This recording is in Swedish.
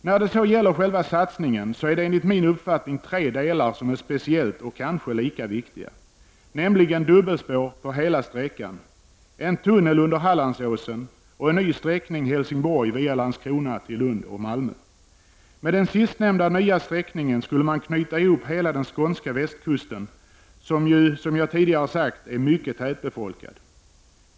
När det så gäller själva satsningen är det enligt min uppfattning tre delar som är speciellt — och kanske lika — viktiga, nämligen dubbelspår på hela sträckan, en tunnel under Hallandsåsen och en ny sträckning från Helsingborg via Landskrona till Lund och Malmö. Med den sistnämnda nya sträckningen skulle man knyta ihop hela den skånska västkusten som ju, som jag tidigare sagt, är mycket tätbefolkad.